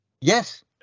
Yes